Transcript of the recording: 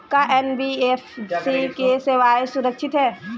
का एन.बी.एफ.सी की सेवायें सुरक्षित है?